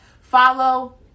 Follow